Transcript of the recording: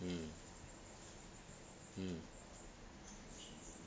mm mm